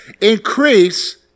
Increase